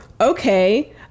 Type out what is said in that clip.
okay